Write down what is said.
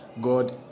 god